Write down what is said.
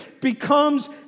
becomes